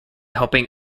helping